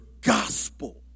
gospel